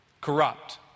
corrupt